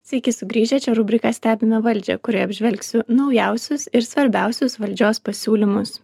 sveiki sugrįžę čia rubrika stebime valdžią kurioj apžvelgsiu naujausius ir svarbiausius valdžios pasiūlymus